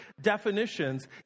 definitions